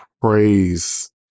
praise